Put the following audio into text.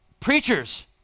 Preachers